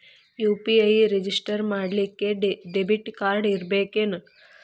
UPI register ಮಾಡ್ಲಿಕ್ಕೆ debit card ಇರ್ಬೇಕೇನು?